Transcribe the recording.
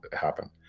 happen